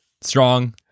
Strong